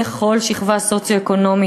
בכל שכבה סוציו-אקונומית.